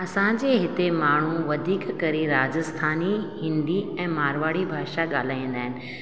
असांजे हिते माण्हू वधीक करे राजस्थानी हिंदी ऐं मारवाड़ी भाषा ॻाल्हाईंदा आहिनि